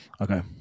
Okay